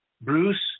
Bruce